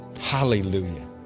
Hallelujah